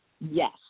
Yes